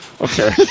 Okay